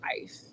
life